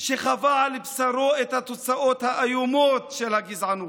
שחווה על בשרו את התוצאות האיומות של הגזענות,